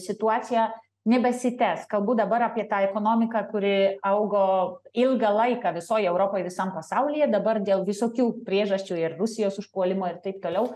situaciją nebesitęs kalbu dabar apie tai ekonomiką kuri augo ilgą laiką visoj europoj visam pasaulyje dabar dėl visokių priežasčių ir rusijos užpuolimo ir taip toliau